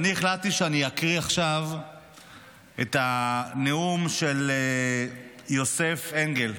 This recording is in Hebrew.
החלטתי להקריא עכשיו את הנאום של יוסף אנגל.